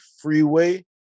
freeway